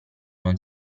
non